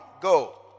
go